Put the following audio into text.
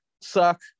suck